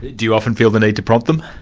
do you often feel the need to prompt them?